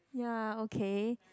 ya okay